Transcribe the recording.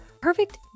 perfect